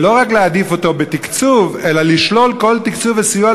ולא רק מעדיף אותו בתקצוב אלא שולל כל תקצוב וסיוע